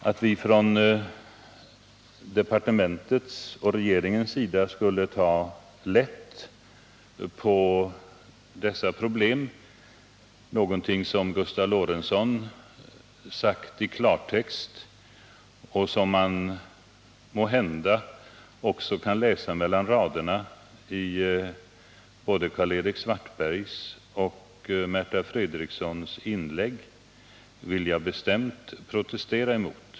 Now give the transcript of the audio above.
Att vi från departementets och regeringens sida skulle ta lätt på dessa problem — någonting som Gustav Lorentzon sagt i klartext och som man måhända också kan läsa mellan raderna i både Karl-Erik Svartbergs och Märta Fredriksons inlägg — vill jag bestämt protestera emot.